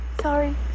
Sorry